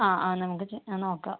ആ ആ നമുക്ക് ചേ നോക്കാം